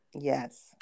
Yes